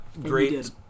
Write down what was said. great